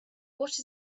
what